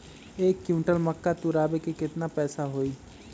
एक क्विंटल मक्का तुरावे के केतना पैसा होई?